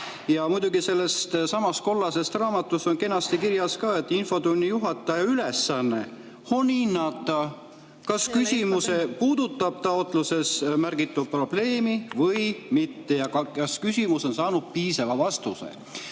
Muidugi sellessamas kollases raamatus on kenasti kirjas ka, et infotunni juhataja ülesanne on hinnata, kas küsimus puudutab taotluses märgitud probleemi või mitte ja kas küsimus on saanud piisava vastuse.